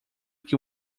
que